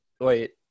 Wait